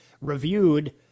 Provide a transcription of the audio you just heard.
reviewed